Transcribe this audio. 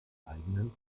eigenen